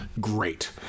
great